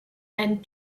and